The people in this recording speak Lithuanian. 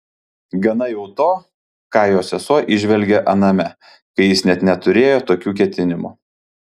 gana jau to ką jo sesuo įžvelgė aname kai jis net neturėjo tokių ketinimų